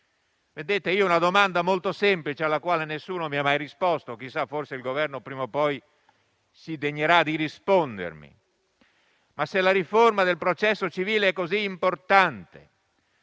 Vedete, ho una domanda molto semplice, alla quale nessuno mi ha mai risposto (chissà, forse il Governo prima o poi si degnerà di rispondermi). Dite che la riforma del processo civile è davvero importante